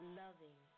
loving